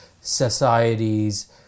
societies